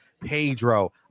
Pedro